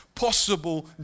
Possible